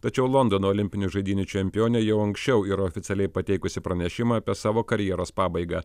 tačiau londono olimpinių žaidynių čempionė jau anksčiau yra oficialiai pateikusi pranešimą apie savo karjeros pabaigą